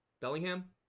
Bellingham